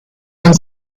and